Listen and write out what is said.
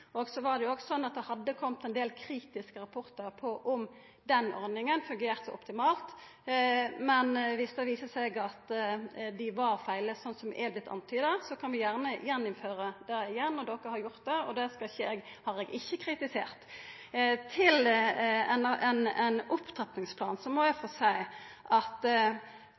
Det hadde kome ein del kritiske rapportar på om den ordninga fungerte optimalt, men viss det viser seg at dei var galne, som det har vorte antyda, kan vi gjerne innføra det igjen. De har gjort det, og det har eg ikkje kritisert. Når det gjeld ein opptrappingsplan, må eg få seia at